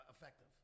effective